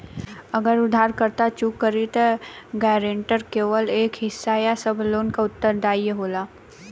अगर उधारकर्ता चूक करि त गारंटर केवल एक हिस्सा या सब लोन क उत्तरदायी होला